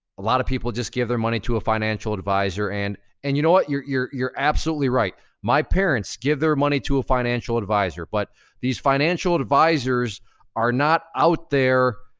a lot of people just give their money to a financial advisor. and and you know what? you're you're absolutely right. my parents give their money to a financial advisor. but these financial advisors are not out there,